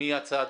מי הצד?